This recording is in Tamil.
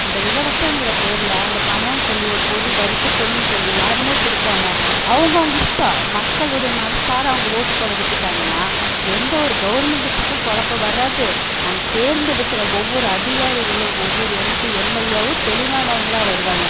இந்த இலவசங்கிற பேர்ல அந்த பணம்னு சொல்லி பொருள் பரிசு பொருள்னு சொல்லி யாருமே கொடுக்காம அவங்கவங்க இஷ்டம் மக்களுடைய மனசார அவங்க ஓட்டு போட விட்டுட்டாங்கனால் எந்த ஒரு கவர்மெண்ட்டுத்துக்கு குலப்பம் வராது நாங்கள் தேர்ந்தெடுக்குற ஒவ்வொரு அதிகாரிகளும் ஒவ்வொரு எம்பி எம்எல்ஏவும் தெளிவானவங்களாக வருவாங்கள்